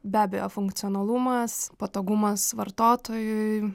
be abejo funkcionalumas patogumas vartotojui